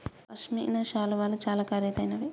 పశ్మిన శాలువాలు చాలా ఖరీదైనవి